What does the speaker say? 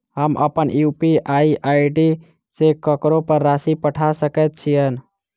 हम अप्पन UPI ID सँ ककरो पर राशि पठा सकैत छीयैन?